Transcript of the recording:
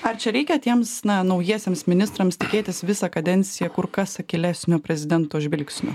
ar čia reikia tiems na naujiesiems ministrams tikėtis visą kadenciją kur kas akylesnio prezidento žvilgsnio